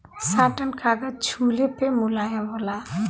satin कागज छुले पे मुलायम होला